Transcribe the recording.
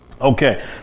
Okay